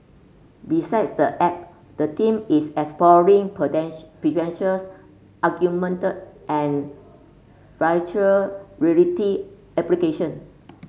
besides the app the team is exploring potential potentials augmented and virtual reality application